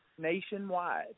nationwide